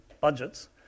budgets